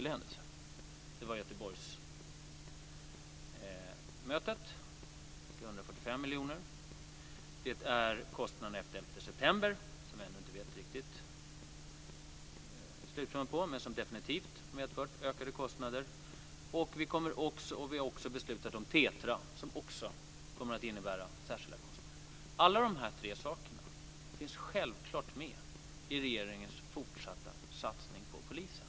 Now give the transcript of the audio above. Det var Göteborgsmötet med 145 miljoner. Det var kostnaderna efter den 11 september som man ännu inte vet vad de slutar på, men det har definitivt medfört ökade kostnader. Vi har också beslutat om TETRA som också kommer att innebära särskilda kostnader. Alla dessa tre saker finns självklart med i regeringens fortsatta satsning på polisen.